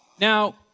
Now